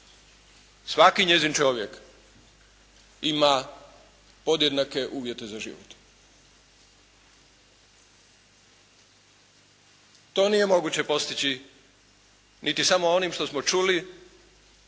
svaki njezin čovjek ima podjednake uvjete za život. To nije moguće postići niti samo onim što smo čuli